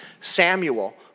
Samuel